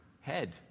head